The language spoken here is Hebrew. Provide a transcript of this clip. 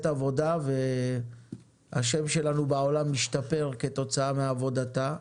עבודה והשם שלנו בעולם השתפר כתוצאה מעבודה.